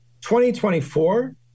2024